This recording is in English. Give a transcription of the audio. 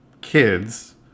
kids